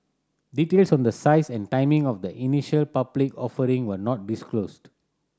details on the size and timing of the initial public offering were not disclosed